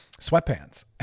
sweatpants